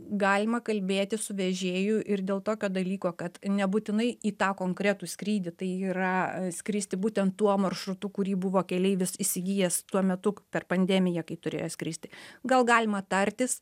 galima kalbėti su vežėju ir dėl tokio dalyko kad nebūtinai į tą konkretų skrydį tai yra skristi būtent tuo maršrutu kurį buvo keleivis įsigijęs tuo metu per pandemiją kai turėjo skristi gal galima tartis